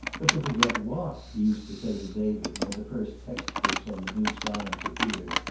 but to forget what? he used to say to david, when the first text-books on the new science appeared,